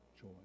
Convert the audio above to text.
Joy